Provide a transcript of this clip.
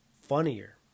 funnier